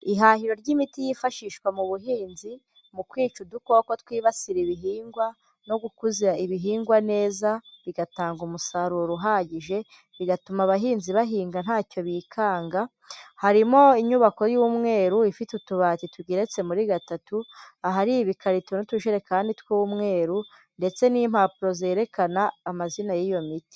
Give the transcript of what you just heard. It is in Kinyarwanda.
Ihahiro ry'imiti yifashishwa mu buhinzi mu kwica udukoko twibasira ibihingwa no gukuza ibihingwa neza bigatanga umusaruro uhagije, bigatuma abahinzi bahinga ntacyo bikanga, harimo inyubako y'umweru ifite utubati tugeretse muri gatatu, ahari ibikarito n'utujerekani tw'umweru ndetse n'impapuro zerekana amazina y'iyo miti.